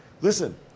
Listen